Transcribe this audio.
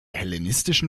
hellenistischen